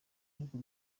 bihugu